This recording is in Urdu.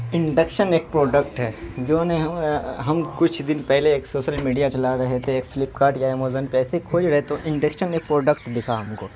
انڈکشن ایک پروڈکٹ ہے جو ہم کچھ دن پہلے ایک سوسل میڈیا چلا رہے تھے ایک فلپکارٹ یا امیزون پہ ایسے ہی کھوج رہے تو انڈکشن ایک پروڈکٹ دکھا ہم کو